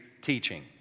teaching